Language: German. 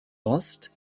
rost